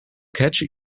catchy